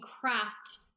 craft